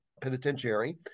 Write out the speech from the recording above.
Penitentiary